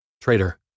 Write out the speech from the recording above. Traitor